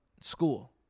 school